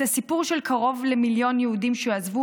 את הסיפור של קרוב למיליון יהודים שעזבו